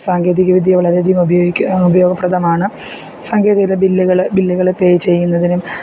സാങ്കേതികവിദ്യ വളരെയധികം ഉപയോഗിക്ക ഉപയോഗപ്രദമാണ് സാങ്കേതിക ബില്ലുകള് ബില്ലുകള് പേ ചെയ്യുന്നതിനും